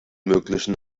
möglichen